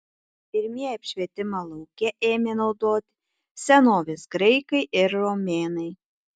pirmieji apšvietimą lauke ėmė naudoti senovės graikai ir romėnai